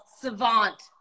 savant